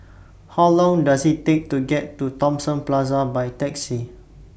How Long Does IT Take to get to Thomson Plaza By Taxi